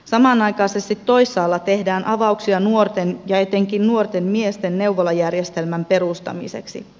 samanaikaisesti toisaalla tehdään avauksia nuorten ja etenkin nuorten miesten neuvolajärjestelmän perustamiseksi